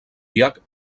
llac